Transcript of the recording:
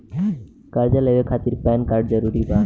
कर्जा लेवे खातिर पैन कार्ड जरूरी बा?